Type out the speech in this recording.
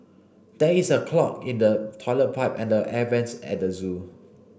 there is a clog in the toilet pipe and the air vents at the zoo